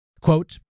Quote